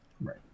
Right